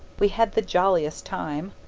we had the jolliest time!